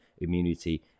immunity